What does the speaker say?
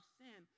sin